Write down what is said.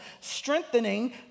Strengthening